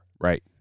Right